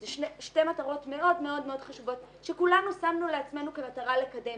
אלה שתי מטרות מאוד מאוד חשובות שכולנו שמנו לעצמנו כמטרה לקדם.